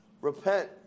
Repent